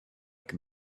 can